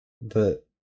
the-